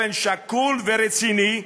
באופן שקול ורציני,